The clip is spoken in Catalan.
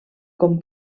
com